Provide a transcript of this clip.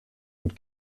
und